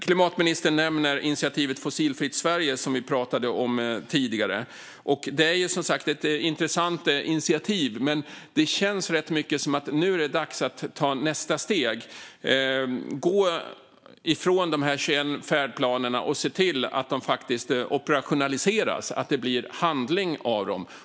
Klimatministern nämner initiativet Fossilfritt Sverige, som vi pratade om tidigare. Det är som sagt ett intressant initiativ. Men det känns som att det verkligen är dags att ta nästa steg, att gå från de 21 färdplanerna och se till att de operationaliseras och att det blir handling av dem.